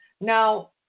Now